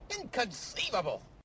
Inconceivable